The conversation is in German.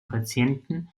patienten